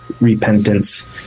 repentance